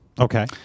Okay